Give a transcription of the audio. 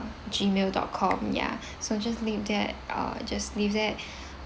Gmail dot com ya so just leave there uh just leave there